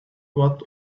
what